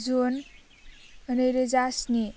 जुन नैरोजा स्नि